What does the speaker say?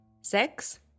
sex